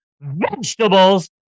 Vegetables